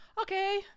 Okay